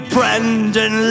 Brendan